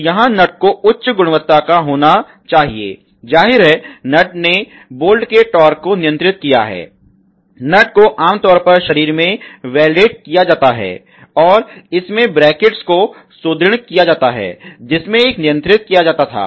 तो यहाँ नट को उच्च गुणवत्ता का होना चाहिए जाहिर है नट ने बोल्ट के टॉर्क को नियंत्रित किया है नट को आमतौर पर शरीर में झाला वेल्डेड किया जाता है और इसमें ब्रैकेट्स को सुदृढ़ किया जाता है जिससे इसे नियंत्रित किया जाता था